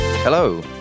Hello